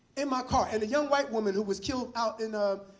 in my car. and a young white woman, who was killed out in ah